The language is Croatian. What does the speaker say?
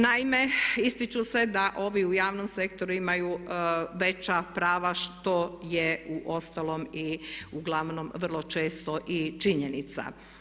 Naime, ističu se da ovi u javnom sektoru imaju veća prava što je uostalom i uglavnom vrlo često i činjenica.